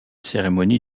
cérémonie